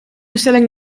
bestelling